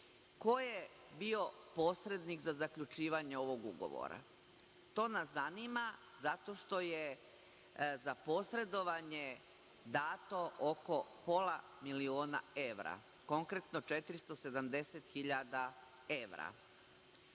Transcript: ko je bio posrednik za zaključivanje ovog ugovora? To nas zanima zato što je za posredovanje dato oko pola milijarde evra, konkretno 470 hiljada evra